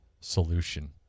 solution